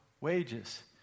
wages